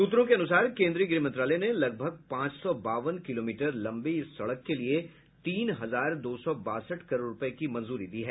सूत्रों के अनुसार केन्द्रीय गृह मंत्रालय ने लगभग पांच सौ बावन किलोमीटर लम्बी इस सड़क के लिए तीन हजार दो सौ बासठ करोड़ रूपये की मंजूरी दी है